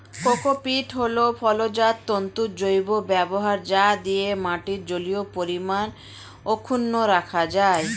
cocopeat হল ফলজাত তন্তুর জৈব ব্যবহার যা দিয়ে মাটির জলীয় পরিমাণ অক্ষুন্ন রাখা যায়